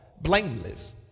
blameless